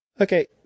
Okay